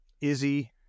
Izzy